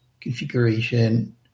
configuration